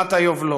שנת היובלות".